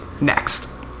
Next